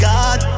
God